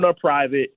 private